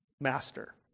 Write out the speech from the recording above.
master